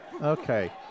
Okay